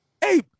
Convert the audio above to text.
Hey